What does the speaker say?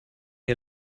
dir